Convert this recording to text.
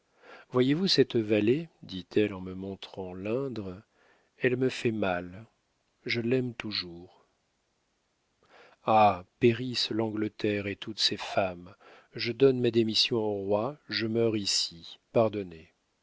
voyez-vous cette vallée dit-elle en me montrant l'indre elle me fait mal je l'aime toujours ah périsse l'angleterre et toutes ses femmes je donne ma démission au roi je meurs ici pardonné